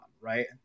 right